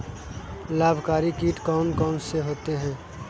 लाभकारी कीट कौन कौन से होते हैं?